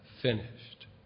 finished